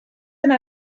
yna